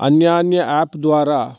अन्यान्य आप् द्वारा